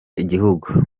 igihugu